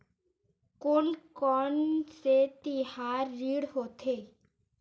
कोन कौन से तिहार ऋण होथे?